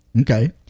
okay